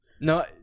No